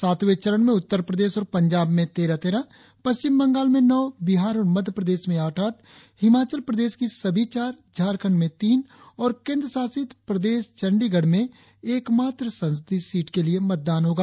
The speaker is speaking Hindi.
सातवें चरण में उत्तर प्रदेश और पंजाब में तेरह तेरह पश्चिम बंगाल में नौ बिहार और मध्यप्रदेश में आठ आठ हिमाचल प्रदेश की सभी चार झारखंड में तीन और केंद्र शासित चंडीगढ़ में एकमात्र संसदीय सीट के लिए मतदान होगा